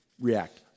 React